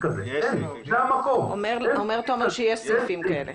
תומר אומר שיש סעיפים כאלה.